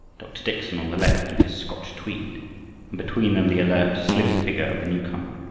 dr. dickson on the left in his scotch tweed, and between them the alert, slim figure of the newcomer,